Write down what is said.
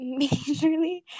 majorly